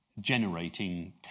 generating